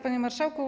Panie Marszałku!